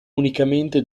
unicamente